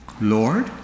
Lord